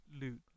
Loot